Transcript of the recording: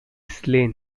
slain